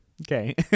Okay